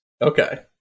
Okay